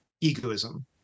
egoism